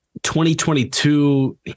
2022